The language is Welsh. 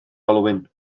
olwyn